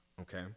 Okay